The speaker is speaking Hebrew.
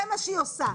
זה מה שהיא עושה.